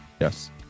Yes